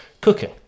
cooking